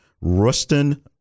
Rustin